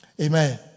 Amen